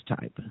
type